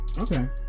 okay